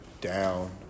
down